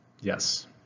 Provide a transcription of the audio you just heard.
Yes